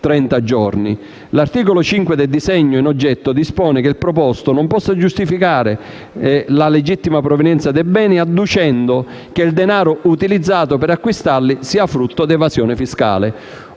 giorni. L'articolo 5 del disegno di legge in oggetto dispone che il proposto non possa giustificare la legittima provenienza dei beni adducendo che il denaro utilizzato per acquistarli sia frutto di evasione fiscale: